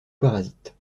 parasites